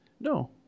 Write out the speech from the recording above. No